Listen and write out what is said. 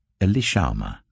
Elishama